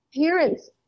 Parents